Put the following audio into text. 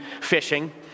fishing